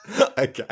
Okay